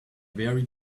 very